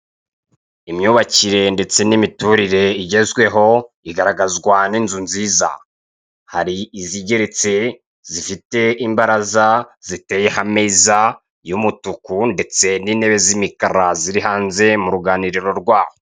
Imyubakire ndetse n'imiturire igezweho bigaragazwa n'inzu nziza. Hari izigeretse zifite imbaraza, ziteyeho ameza y'umutuku ndetse n'intebe z'imikara ziri hanze mu ruganiriro rwaho.